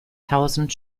tausend